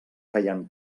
feien